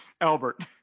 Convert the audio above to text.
albert